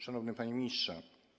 Szanowny Panie Ministrze!